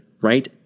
right